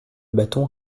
bâton